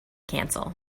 cancel